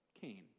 cain